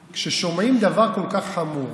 כששומעים דבר כל כך חמור,